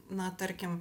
na tarkim